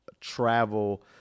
travel